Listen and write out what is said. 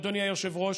אדוני היושב-ראש,